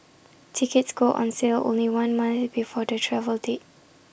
tickets go on sale only one month before the travel date